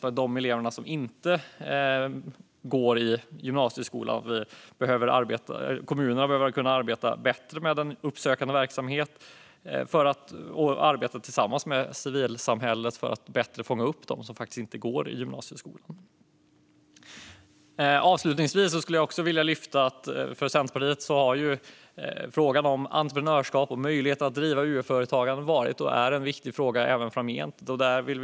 När det gäller de elever som inte går i gymnasieskolan behöver kommunerna arbeta bättre med uppsökande verksamhet och arbeta tillsammans med civilsamhället för att bättre fånga upp dem som inte går i gymnasieskolan. Avslutningsvis skulle jag vilja lyfta fram att frågan om entreprenörskap och möjlighet att driva UF-företag har varit och framgent är viktig för Centerpartiet.